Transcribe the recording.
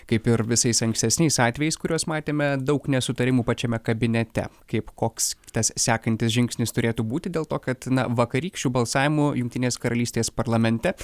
kaip ir visais ankstesniais atvejais kuriuos matėme daug nesutarimų pačiame kabinete kaip koks tas sekantis žingsnis turėtų būti dėl to kad na vakarykščiu balsavimu jungtinės karalystės parlamente